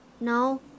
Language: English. No